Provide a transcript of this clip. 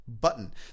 button